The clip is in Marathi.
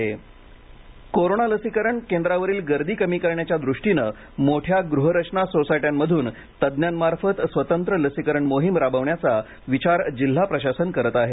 सोसायट्यांमधून लसीकरण कोरोना लसीकरण केंद्रावरील गर्दी कमी करण्याच्या दृष्टीनं मोठ्या गृहरचना सोसायट्यांमधून तज्ज्ञांमार्फत स्वतंत्र लसीकरण मोहीम राबवण्याचा विचार जिल्हा प्रशासन करत आहे